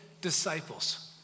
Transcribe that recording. disciples